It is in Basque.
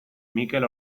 mikel